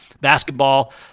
basketball